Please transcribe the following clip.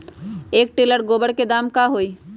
एक टेलर गोबर के दाम का होई?